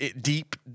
deep